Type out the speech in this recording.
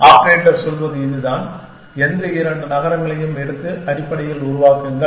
operator சொல்வது இதுதான் எந்த இரண்டு நகரங்களையும் எடுத்து அடிப்படையில் உருவாக்குங்கள்